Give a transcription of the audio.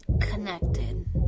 connected